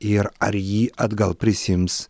ir ar jį atgal prisiims